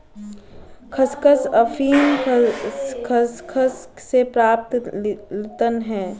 खसखस अफीम खसखस से प्राप्त तिलहन है